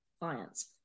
clients